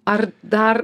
ar dar